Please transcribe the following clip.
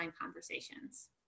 conversations